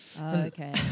Okay